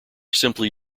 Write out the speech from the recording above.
simply